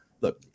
look